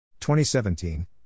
2017